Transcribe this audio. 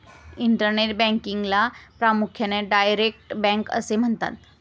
internet बँकिंगला प्रामुख्याने direct bank असे म्हणतात